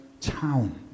town